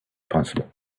possible